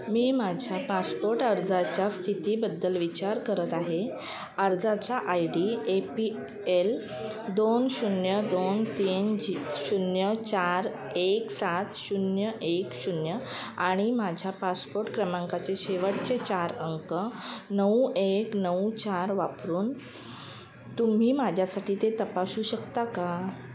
मी माझ्या पासपोर्ट अर्जाच्या स्थितीबद्दल विचार करत आहे अर्जाचा I D A P L दोन शून्य दोन तीन झि शून्य चार एक सात शून्य एक शून्य आणि माझ्या पासपोर्ट क्रमांकाचे शेवटचे चार अंक नऊ एक नऊ चार वापरून तुम्ही माझ्यासाठी ते तपासू शकता का